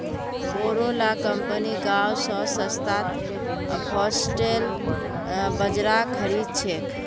बोरो ला कंपनि गांव स सस्तात फॉक्सटेल बाजरा खरीद छेक